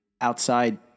outside